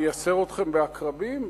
אני אייסר אתכם בעקרבים?